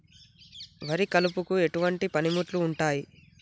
వరి కలుపుకు ఎటువంటి పనిముట్లు ఉంటాయి?